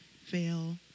fail